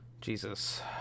Jesus